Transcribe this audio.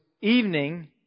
evening